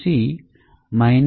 c O0